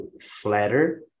flatter